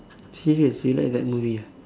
serious you like that movie ah